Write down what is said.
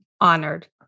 honored